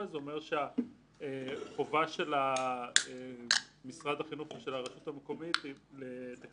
צריך להגיד, המשרד יצא להליך מאוד רחב של שיתוף